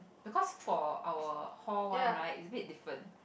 because for our hall one right is a bit different